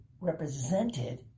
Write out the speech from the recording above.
represented